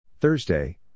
Thursday